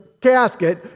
casket